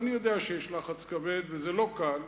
ואני יודע שיש לחץ כבד וזה לא קל,